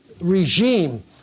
regime